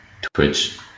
Twitch